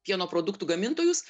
pieno produktų gamintojus